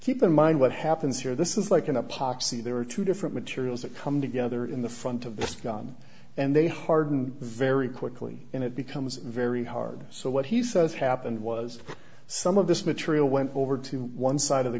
keep in mind what happens here this is like in a poxy there are two different materials that come together in the front of the gun and they harden very quickly and it becomes very hard so what he says happened was some of this material went over to one side of the